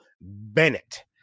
Bennett